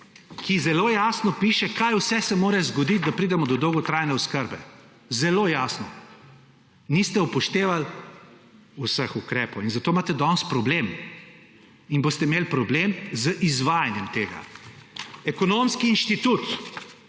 kjer zelo jasno piše, kaj vse se mora zgoditi, da pridemo do dolgotrajne oskrbe. Zelo jasno. Niste upoštevali vseh ukrepov in zato imate danes problem in boste imeli problem z izvajanjem tega. Ekonomski inštitut